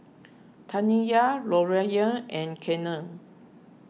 Taniyah Lorayne and Kenan